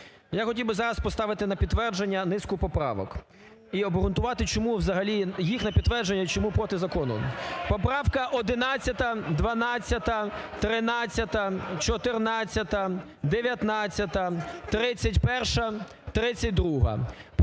Я хотів би зараз поставити на підтвердження низку поправок і обґрунтувати чому взагалі їх на підтвердження, чому проти закону. Поправка 11, 12, 13, 14, 19, 31, 32.